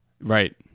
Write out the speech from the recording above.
Right